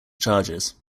charges